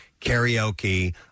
karaoke